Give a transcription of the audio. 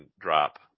drop